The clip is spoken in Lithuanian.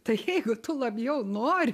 tai jeigu tu labiau nori